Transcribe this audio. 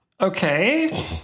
Okay